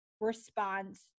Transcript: response